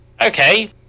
Okay